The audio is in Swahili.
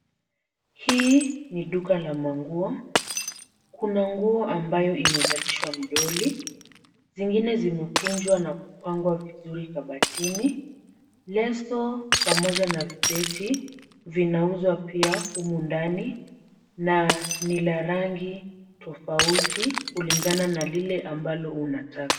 Hii ni duka la manguo. Kuna nguo ambayo imevalishwa mdoli. Zingine zimekunjwa na kupangwa vizuri kabatini. Leso pamoja na vibeti vinauzwa pia humu ndani na ni la rangi tofauti kulingana na lile ambalo unataka.